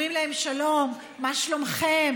אומרים להם: שלום, מה שלומכם?